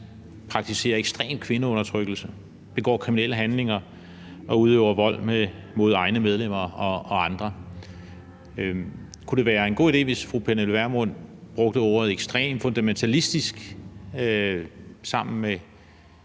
praktiserer ekstrem kvindeundertrykkelse, begår kriminelle handlinger og udøver vold mod egne medlemmer og andre. Kunne det være en god idé, hvis fru Pernille Vermund brugte ordene ekstrem og fundamentalistisk sammen med